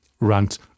rant